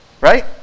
Right